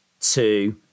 two